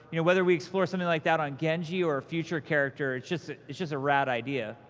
you know whether we explore something like that on genji or a future character, it's just it's just a rad idea.